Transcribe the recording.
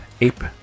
Ape